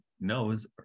knows